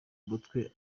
mutwe